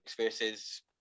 versus